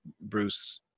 Bruce